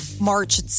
March